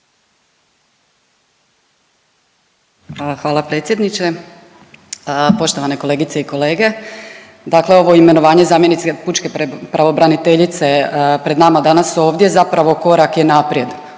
Hvala predsjedniče. Poštovane kolegice i kolege, dakle ovo imenovanje zamjenice Pučke pravobraniteljice pred nama danas ovdje zapravo korak je naprijed